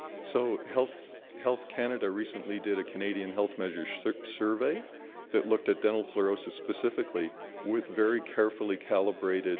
so, health health canada recently did a canadian health measures survey that looked at dental fluorosis specifically with very carefully calibrated